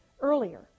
earlier